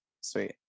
Sweet